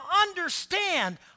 understand